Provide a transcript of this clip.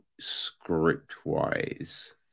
script-wise